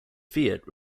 fiat